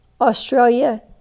Australia